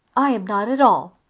i am not at all,